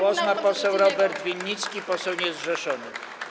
Głos ma poseł Robert Winnicki, poseł niezrzeszony.